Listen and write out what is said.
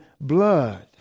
blood